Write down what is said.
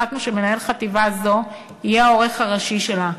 החלטנו שמנהל חטיבה זו יהיה העורך הראשי שלה,